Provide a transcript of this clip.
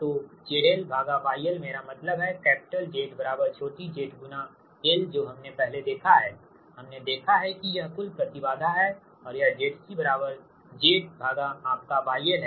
तोzlYlमेरा मतलब है capital Z बराबर छोटी z गुना l जो हमने पहले देखा हैहमने देखा है कि यह कुल प्रति बाधा है और यह ZC Zyour Yl है